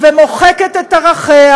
ומוחקת את ערכיה,